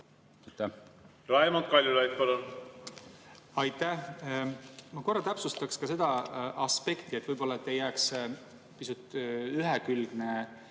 Raimond Kaljulaid, palun! Aitäh! Ma korra täpsustan ka seda aspekti, et võib-olla ei jääks pisut ühekülgne